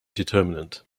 determinant